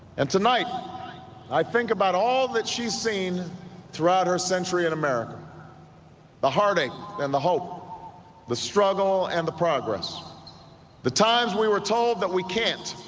and tonight i think about all that she's seen throughout her century in america the harding and the hope the struggle and the progress the times we were told that we can't